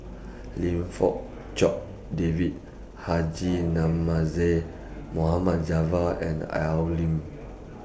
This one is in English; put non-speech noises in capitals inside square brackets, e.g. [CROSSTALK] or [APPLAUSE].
[NOISE] Lim Fong Jock David Haji Namazie Mohamed Javad and Al Lim